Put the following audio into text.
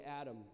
Adam